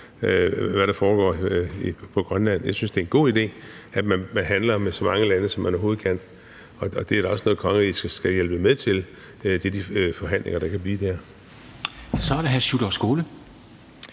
via havnen i Aalborg. Jeg synes, det er en god idé, at man handler med så mange lande, som man overhovedet kan. Det er da også noget, kongeriget skal hjælpe med til, hvad angår de forhandlinger, der kan blive der. Kl. 13:42 Formanden